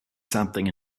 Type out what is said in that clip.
something